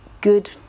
good